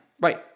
Right